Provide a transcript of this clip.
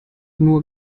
nur